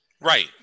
Right